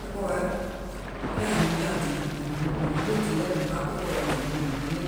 Ke ɓɔ̀wɔ̀ɛ kiìŋ ȧŋ himìàŋ dìì mùŋ hame dìì lɛ, mùŋ haȧ ɓɔ̀wɔ̀ɛ dììnaŋ mùŋ hame